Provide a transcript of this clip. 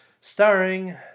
starring